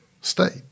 state